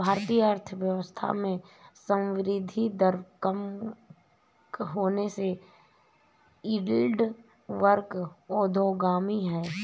भारतीय अर्थव्यवस्था में संवृद्धि दर कम होने से यील्ड वक्र अधोगामी है